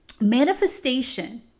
manifestation